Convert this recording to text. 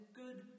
good